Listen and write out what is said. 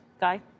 Guy